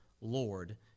Lord